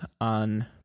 on